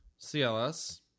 CLS